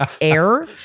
air